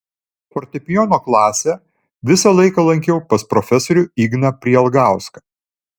fortepijono klasę visą laiką lankiau pas profesorių igną prielgauską